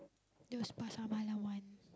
those pasar malam [one]